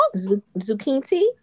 Zucchini